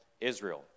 Israel